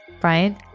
Brian